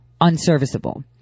unserviceable